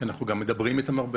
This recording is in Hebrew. אנחנו מדברים איתם הרבה